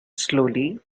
slowly